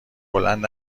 بلند